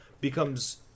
becomes